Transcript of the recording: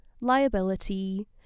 Liability